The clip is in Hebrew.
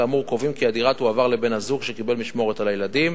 שכאמור קובעים כי הדירה תועבר לבן-הזוג שקיבל משמורת על הילדים.